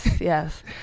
Yes